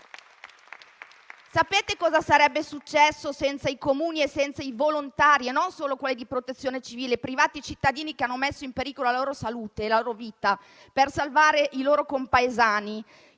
Sapete cosa sarebbe successo senza i Comuni e i volontari? Non parlo solo di quelli della Protezione civile, ma anche dei privati cittadini, che hanno messo in pericolo la loro salute e la loro vita per salvare i loro compaesani,